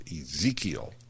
ezekiel